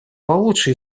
получше